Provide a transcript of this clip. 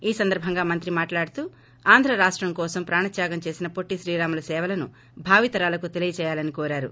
ఈ సందర్బంగా మంత్రి మాట్లాడుతూ ఆంధ్ర రాష్ట కోసం ప్రాణ త్యాగం చేసిన పొట్టి శ్రీరాములు సేవలను భావితరాలకు తెలియచేయాలని కోరారు